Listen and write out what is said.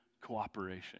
cooperation